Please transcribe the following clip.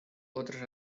otras